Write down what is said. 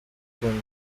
akunda